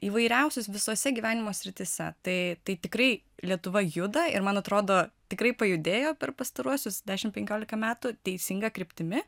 įvairiausius visose gyvenimo srityse tai tai tikrai lietuva juda ir man atrodo tikrai pajudėjo per pastaruosius dešim penkiolika metų teisinga kryptimi